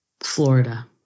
Florida